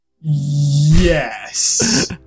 Yes